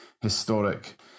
historic